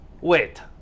Wait